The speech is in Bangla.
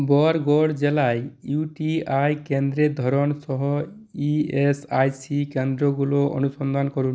বরগড় জেলায় ইউটিআই কেন্দ্রের ধরন সহ ইএসআইসি কেন্দ্রগুলো অনুসন্ধান করুন